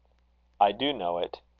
i do know it.